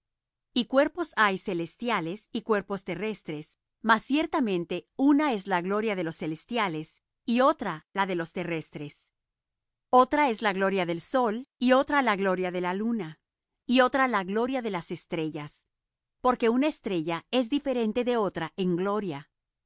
y cuerpos hay celestiales y cuerpos terrestres mas ciertamente una es la gloria de los celestiales y otra la de los terrestres otra es la gloria del sol y otra la gloria de la luna y otra la gloria de las estrellas porque una estrella es diferente de otra en gloria